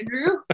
Andrew